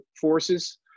forces